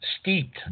steeped